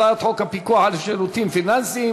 הצעת חוק הפיקוח על שירותים פיננסיים